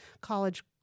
college